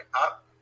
up